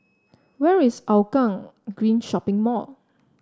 where is Hougang Green Shopping Mall